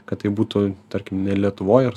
kad taip būtų tarkim lietuvoj